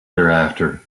thereafter